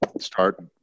start